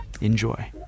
Enjoy